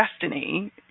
destiny